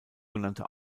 genannte